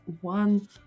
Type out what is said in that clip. one